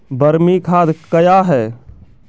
बरमी खाद कया हैं?